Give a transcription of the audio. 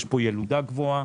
יש פה ילודה גבוהה.